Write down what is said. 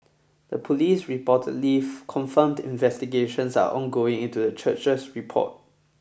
the police reportedly confirmed investigations are ongoing into the church's report